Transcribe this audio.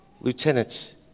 lieutenants